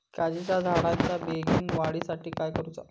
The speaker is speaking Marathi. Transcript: काजीच्या झाडाच्या बेगीन वाढी साठी काय करूचा?